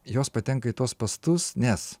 jos patenka į tuos spąstus nes